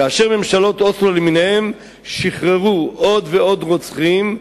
כאשר ממשלות אוסלו למיניהן שחררו עוד ועוד רוצחים,